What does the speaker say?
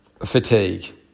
fatigue